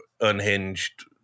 unhinged